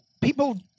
people